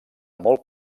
molt